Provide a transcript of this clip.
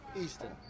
Easton